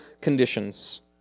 conditions